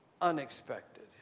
unexpected